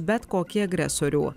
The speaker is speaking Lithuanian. bet kokį agresorių